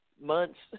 months